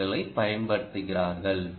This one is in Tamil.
ஓக்களைப் பயன்படுத்துகிறார்கள்